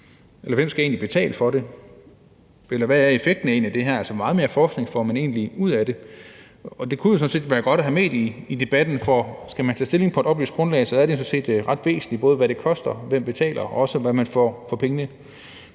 eller hvem der egentlig skal betale for det, og hvad effekten af det egentlig er. Hvor meget mere forskning får man egentlig ud af det? Og det kunne jo sådan set være godt at have med i debatten, for skal man tage stilling på et oplyst grundlag, er det sådan set ret væsentligt, både hvad det koster, hvem der betaler, og også hvad man får for pengene.